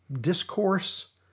discourse